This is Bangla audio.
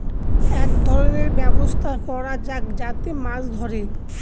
এক ধরনের ব্যবস্থা করা যাক যাতে মাছ ধরে